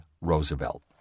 Roosevelt